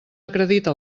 acredita